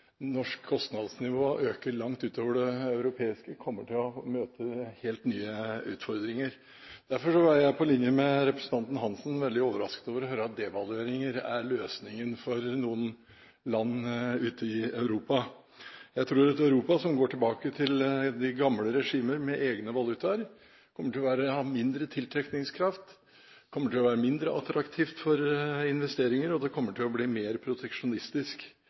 øker langt utover det europeiske, kommer til å møte helt nye utfordringer. Derfor var jeg, på linje med representanten Hansen, veldig overrasket over å høre at devalueringer er løsningen for noen land ute i Europa. Jeg tror et Europa som går tilbake til de gamle regimer med egne valutaer, kommer til å ha mindre tiltrekningskraft, kommer til å være mindre attraktivt for investeringer og kommer til å bli mer proteksjonistisk